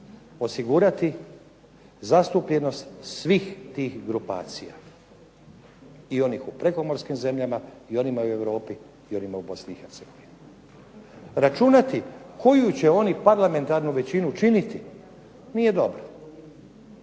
osigurati zastupljenost svih tih grupacija. I onih u prekomorskim zemljama i onima u Europi i onima u BiH. Računati koju će oni parlamentarnu većinu činiti nije dobro.